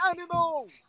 animals